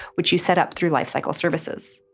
which you set up through lifecycle services.